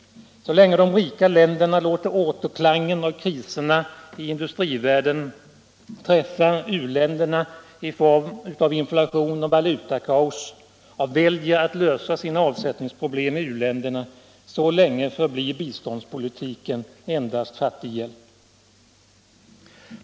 Så länge de rika länderna låter återklangen av priserna i industrivärlden träffa u-länderna i form av inflation och valutakaos och väljer att lösa sina avsättningsproblem i u-länderna, så länge förblir biståndspolitiken endast fattighjälp.